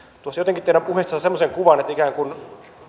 tuossa jotenkin teidän puheistanne sai semmoisen kuvan että ikään kuin